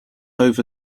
over